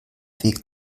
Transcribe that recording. weg